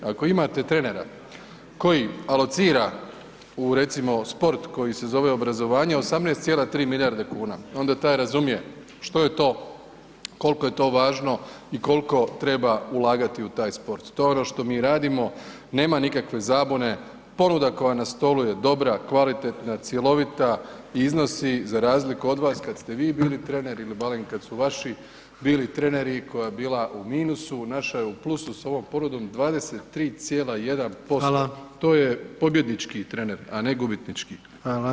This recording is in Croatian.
Ako imate trenera koji alocira u recimo sport koji se zove obrazovanje, 18,3 milijarde kuna, onda taj razumije što je to, koliko je to važno i koliko treba ulagati u taj sport, to je ono što mi radimo, nema nikakve zabune, ponuda koja je na stolu je dobra, kvalitetna, cjelovita i iznosi za razliku od vas kad ste vi bili trener ili barem kad su vaši bili treneri, koja je bila u minusu, naša je u plusu s ovom ponudom 23,1%, to je pobjednički trener, a ne gubitnički.